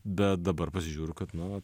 bet dabar pasižiūriu kad nu